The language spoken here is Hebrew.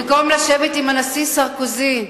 במקום לשבת עם הנשיא סרקוזי,